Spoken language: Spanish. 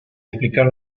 explicar